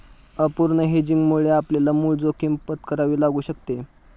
अपूर्ण हेजिंगमुळे आपल्याला मूळ जोखीम पत्करावी लागू शकते